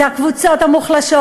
זה הקבוצות המוחלשות,